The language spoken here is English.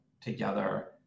together